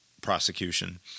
prosecution